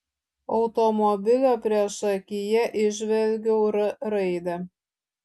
automobilio priešakyje įžvelgiau r raidę